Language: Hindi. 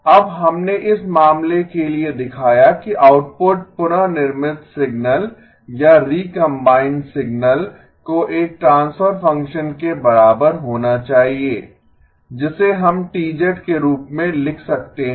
अब हमने इस मामले के लिए दिखाया कि आउटपुट पुन निर्मित सिग्नल या रीकंबाइंड सिग्नल को एक ट्रांसफर फंक्शन के बराबर होना चाहिए जिसे हम T के रूप में लिख सकते हैं